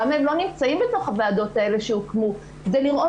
למה הם לא נמצאים בתוך הוועדות האלה שהוקמו כדי לראות